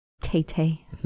Tay-tay